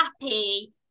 happy